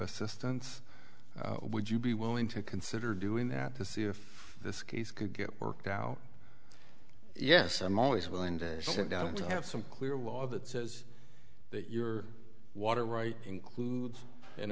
assistance would you be willing to consider doing that to see if this case could get worked out yes i'm always willing to sit down and to have some clear law that says that your water right includes an